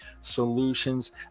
Solutions